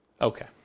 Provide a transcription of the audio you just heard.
Okay